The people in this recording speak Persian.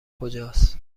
کجاست